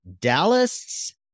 Dallas